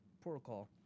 Protocol